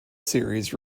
series